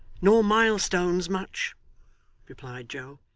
nor milestones much replied joe.